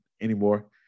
anymore